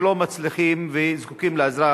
שלא מצליחים וזקוקים לעזרה,